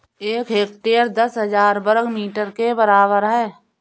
एक हेक्टेयर दस हजार वर्ग मीटर के बराबर है